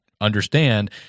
understand